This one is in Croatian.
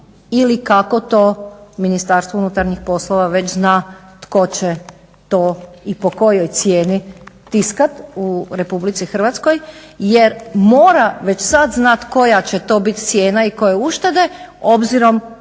ili kako to Ministarstvo unutarnjih poslova već zna tko će to i po kojoj cijeni tiskat u Republici Hrvatskoj. Jer mora već sad znat koja će to bit cijena i koje uštede obzirom